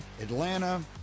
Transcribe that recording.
Atlanta